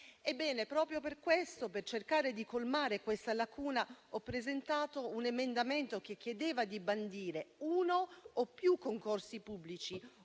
Ebbene, proprio per questo, per cercare di colmare questa lacuna, ho presentato un emendamento che chiedeva di bandire uno o più concorsi pubblici